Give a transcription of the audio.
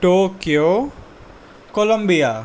Tokyo Columbia